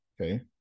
okay